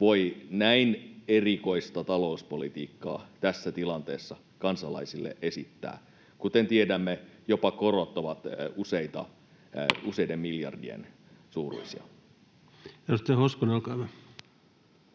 voi näin erikoista talouspolitiikkaa tässä tilanteessa kansalaisille esittää. Kuten tiedämme, jopa korot ovat useiden miljardien suuruisia. Edustaja Hoskonen, olkaa hyvä.